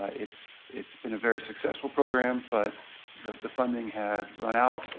ah it's it's been a very successful program, but the funding has run out.